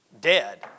dead